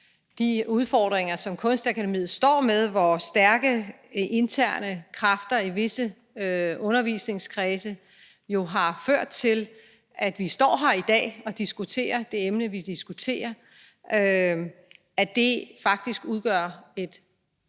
de udfordringer, som Kunstakademiet står med, hvor stærke interne kræfter i visse undervisningskredse jo har ført til, at vi står her i dag og diskuterer det emne, vi diskuterer, faktisk udgør et